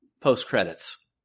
post-credits